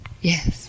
Yes